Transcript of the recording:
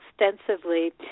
extensively